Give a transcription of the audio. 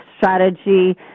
strategy